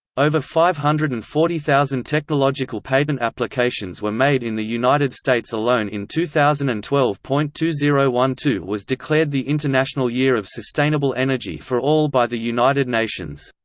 over five hundred and forty thousand technological patent applications were made in the united states alone in two thousand and twelve point two zero one two was declared the international year of sustainable energy for all by the united nations.